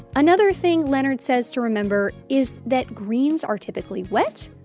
another thing leonard says to remember is that greens are typically wet,